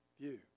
view